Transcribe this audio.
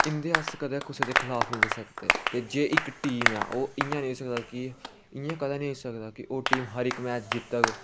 इं'दे अस कदें कुसै दे खलाफ नेईं जाई सकदे जे इक टीम ऐ ओह् इ'यां नेईं होई सकदा कि इ'यां कदें नेईं होई सकदा कि ओह् टीम हर इक मैच जित्तग